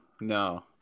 no